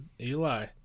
eli